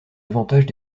avantages